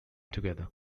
together